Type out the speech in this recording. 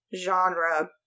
genre